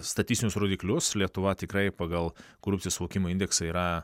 statistinius rodiklius lietuva tikrai pagal korupcijos suvokimo indeksą yra